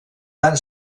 fan